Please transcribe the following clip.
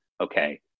Okay